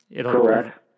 Correct